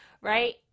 right